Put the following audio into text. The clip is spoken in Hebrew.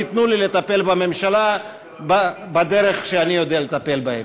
תיתנו לי לטפל בממשלה בדרך שאני יודע לטפל בה,